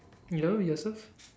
your yourself